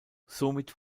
somit